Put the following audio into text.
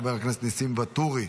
חבר הכנסת ניסים ואטורי,